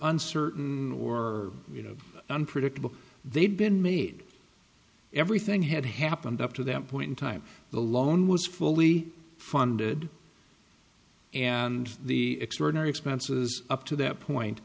uncertain or you know unpredictable they'd been made everything had happened up to that point in time the loan was fully funded and the extraordinary expenses up to that point